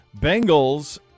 Bengals